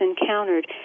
encountered